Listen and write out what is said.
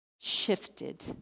shifted